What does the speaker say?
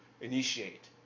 initiate